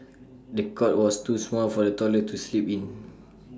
the cot was too small for the toddler to sleep in